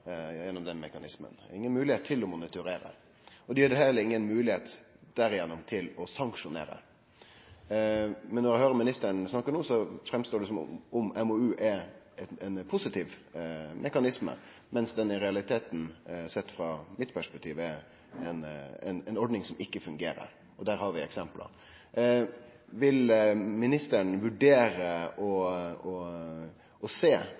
gjennom den mekanismen – inga moglegheit til å monitorere. Og det gjev heller inga moglegheit gjennom dei til å sanksjonere. Men når eg høyrer ministeren snakkar no, framstår det som om MoU er ein positiv mekanisme, mens han i realiteten, sett frå mitt perspektiv, er ei ordning som ikkje fungerer – og der har vi eksempel. Vil ministeren vurdere å